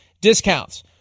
discounts